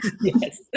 Yes